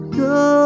no